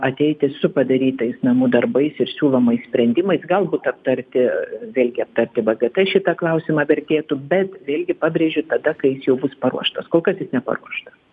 ateiti su padarytais namų darbais ir siūlomais sprendimais galbūt aptarti vėlgi aptarti vgt šitą klausimą vertėtų bet vėlgi pabrėžiu tada kai jis jau bus paruoštas kol kas jis neparuoštas